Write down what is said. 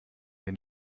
den